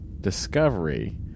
Discovery